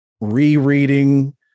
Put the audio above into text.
rereading